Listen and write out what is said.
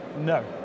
No